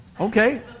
Okay